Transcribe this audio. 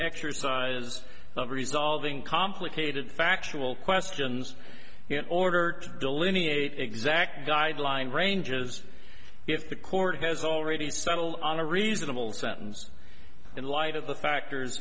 exercise of resolving complicated factual questions in order to delineate exact guideline ranges if the court has already settled on a reasonable sentence in light of the factors